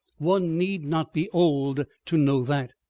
one need not be old to know that.